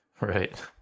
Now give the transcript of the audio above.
Right